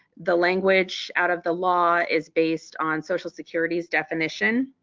the language out of the law is based on social security's definition.